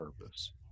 purpose